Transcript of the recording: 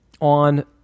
on